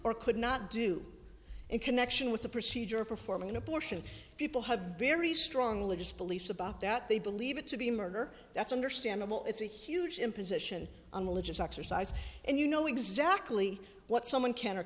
or could not do in connection with the procedure performing an abortion people have very strongly just beliefs about that they believe it to be murder that's understandable it's a huge imposition on religious exercise and you know exactly what someone can or